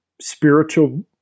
spiritual